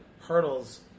hurdles